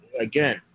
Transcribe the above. again